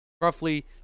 roughly